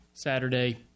Saturday